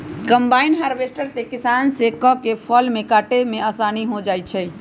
combine harvester से किसान स के फसल काटे में आसानी हो जाई छई